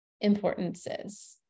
importances